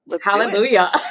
Hallelujah